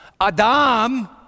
Adam